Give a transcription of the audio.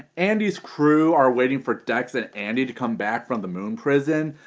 andi's crew are waiting for dex and andi to come back from the moon prison.